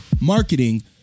marketing